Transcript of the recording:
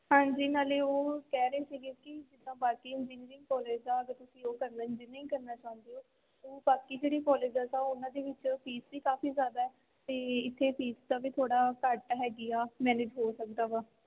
ਹਾਂਜੀ ਨਾਲੇ ਉਹ ਕਹਿ ਰਹੇ ਸੀਗੇ ਕਿ ਜਿੱਦਾਂ ਬਾਕੀ ਇੰਜੀਨੀਅਰਿੰਗ ਕੋਲੇਜ ਆ ਅਗਰ ਤੁਸੀਂ ਉਹ ਕਰਨਾ ਇੰਜੀਨੀਅਰ ਕਰਨਾ ਚਾਹੁੰਦੇ ਹੋ ਸੋ ਬਾਕੀ ਜਿਹੜੇ ਕੋਲੇਜਸ ਆ ਉਨ੍ਹਾਂ ਦੇ ਵਿੱਚ ਫੀਸ ਵੀ ਕਾਫੀ ਜ਼ਿਆਦਾ ਅਤੇ ਇੱਥੇ ਫੀਸ ਦਾ ਵੀ ਥੋੜ੍ਹਾ ਘੱਟ ਹੈਗੀ ਆ ਮੈਨੇਜ ਹੋ ਸਕਦਾ ਵਾ